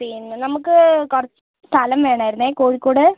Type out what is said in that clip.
പിന്നെ നമുക്ക് കുറച്ചു സ്ഥലം വേണാരുന്നു കോഴിക്കോട്